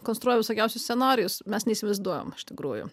konstruoja visokiausius scenarijus mes neįsivaizduojame iš tikrųjų